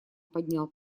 поднял